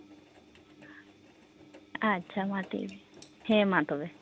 ᱟᱪᱪᱷᱟ ᱢᱟ ᱴᱷᱤᱠ ᱜᱮᱭᱟ ᱦᱮᱸ ᱢᱟ ᱛᱚᱵᱮ